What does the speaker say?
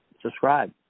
Subscribe